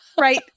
Right